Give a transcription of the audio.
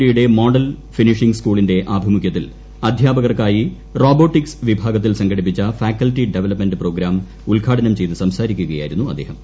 ഡിയുടെ model finishing സ്കൂളിന്റെ ആഭിമുഖൃത്തിൽ അധ്യാപകർക്കായി റോബോട്ടിക്സ് വിഭാഗത്തിൽ സംഘടിപ്പിച്ച ഫാക്കൽറ്റി ഡെവലപ്മെൻറ് പ്രോഗ്രാം ഉദ്ഘാടനം ചെയ്തു സംസാരിക്കുകയായിരുന്നു അദ്ദേഹം